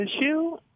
issue